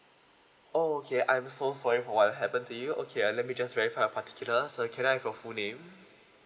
oh okay I'm so sorry for what happened to you okay ah let me just verify a particular so can I have your full name